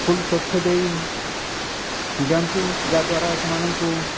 ଫୁଲ ତଥ୍ୟ ଦେଇ ଦିଅନ୍ତୁ ଯାହା ଦ୍ୱାରା ସେମାନଙ୍କୁ